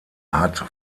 hat